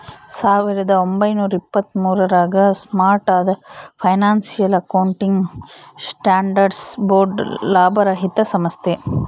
ಸಾವಿರದ ಒಂಬೈನೂರ ಎಪ್ಪತ್ತ್ಮೂರು ರಾಗ ಸ್ಟಾರ್ಟ್ ಆದ ಫೈನಾನ್ಸಿಯಲ್ ಅಕೌಂಟಿಂಗ್ ಸ್ಟ್ಯಾಂಡರ್ಡ್ಸ್ ಬೋರ್ಡ್ ಲಾಭರಹಿತ ಸಂಸ್ಥೆ